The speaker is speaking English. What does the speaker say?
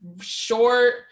short